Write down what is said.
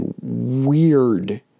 weird